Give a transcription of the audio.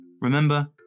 Remember